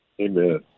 Amen